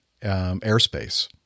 airspace